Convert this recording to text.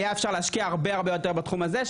היה אפשר להשקיע הרבה הרבה יותר בתחום הזה,